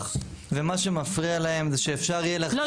ומה שמפריע להם זה שאפשר יהיה --- לא,